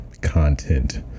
content